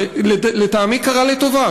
ולטעמי קרה לטובה,